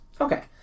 Okay